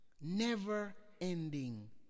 never-ending